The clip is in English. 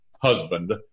husband